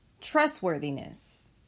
trustworthiness